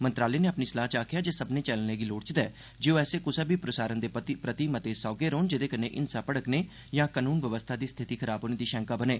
मंत्रालय नै अपनी सलाह च आखेआ ऐ जे सब्भनें चैनलें गी लोड़चदा ऐ जे ओह ऐसे कुसा बी प्रसारण दे प्रति मते सौहन रौहन जेह्दे कन्नै हिंसा भड़कने यां कानून बवस्था दी स्थिति खराब होने दी शैंका बनै